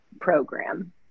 program